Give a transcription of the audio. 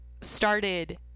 started